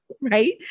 Right